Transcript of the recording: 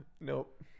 Nope